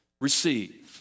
receive